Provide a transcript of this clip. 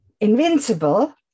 invincible